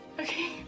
okay